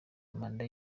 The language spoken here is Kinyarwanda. manda